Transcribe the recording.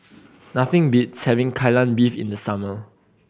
nothing beats having Kai Lan Beef in the summer